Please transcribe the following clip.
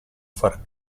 far